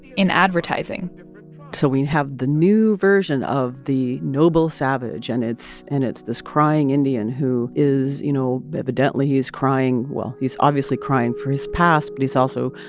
in advertising so we have the new version of the noble savage, and it's and it's this crying indian, who is, you know evidently, he is crying well, he's obviously crying for his past, but he's also,